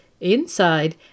inside